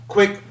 Quick